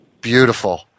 Beautiful